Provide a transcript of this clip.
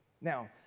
Now